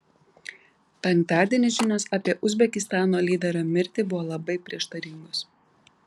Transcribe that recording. penktadienį žinios apie uzbekistano lyderio mirtį buvo labai prieštaringos